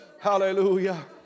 hallelujah